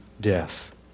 death